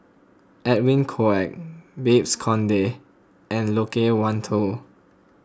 Edwin Koek Babes Conde and Loke Wan Tho